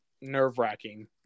Nerve-wracking